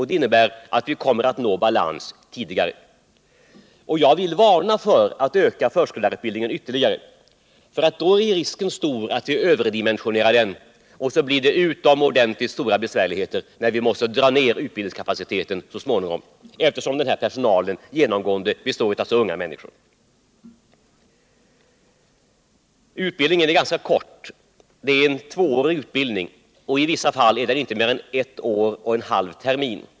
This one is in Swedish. Det innebär att vi kommer att nå balans tidigare än 1985. Jag vill varna för att ytterligare öka förskollärarutbildningen. Risken blir nämligen stor att vi då överdimensionerar den och att det uppstår utomordentligt stora besvärligheter när vi så småningom måste dra ner utbildningskapaciteten, eftersom den här personalen genomgående består av så unga människor. Utbildningen är ganska kort — den är tvåårig, i vissa fall vardr den inte i mer än ett år och en halv termin.